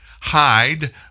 Hide